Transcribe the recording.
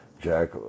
Jack